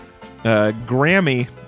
Grammy